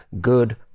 good